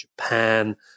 Japan